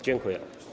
Dziękuję.